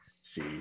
See